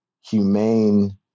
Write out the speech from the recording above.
humane